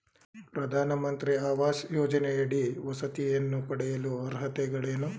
ಪ್ರಧಾನಮಂತ್ರಿ ಆವಾಸ್ ಯೋಜನೆಯಡಿ ವಸತಿಯನ್ನು ಪಡೆಯಲು ಅರ್ಹತೆಗಳೇನು?